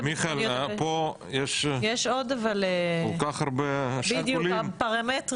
מיכאל פה יש כל כך הרבה שיקולים,